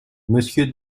monsieur